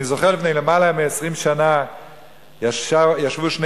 אני זוכר שלפני יותר מ-20 שנה ישבו שני